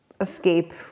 escape